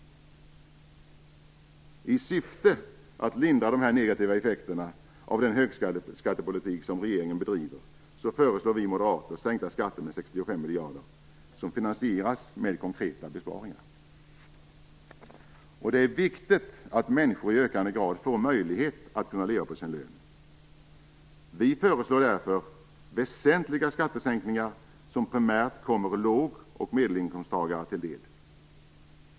I syfte att lindra de negativa effekterna av den högskattepolitik som regeringen bedriver föreslår vi moderater sänkta skatter med 65 miljarder som finansieras med konkreta besparingar. Det är viktigt att människor i ökande grad får möjlighet att leva på sin lön. Vi föreslår därför väsentliga skattesänkningar som primärt kommer lågoch medelinkomsttagare till del.